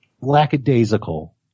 lackadaisical